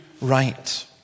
right